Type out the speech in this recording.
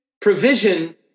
provision